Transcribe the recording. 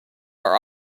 are